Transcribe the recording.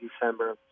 December